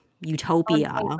utopia